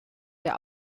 der